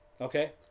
Okay